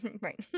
Right